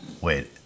Wait